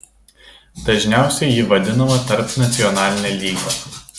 dažniausiai ji vadinama tarpnacionaline lyga